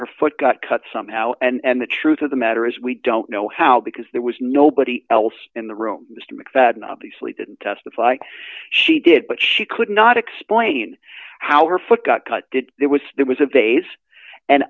her foot got cut somehow and the truth of the matter is we don't know how because there was nobody else in the room just mcfadden obviously didn't testify she did but she could not explain how her foot got cut that there was there was a vase and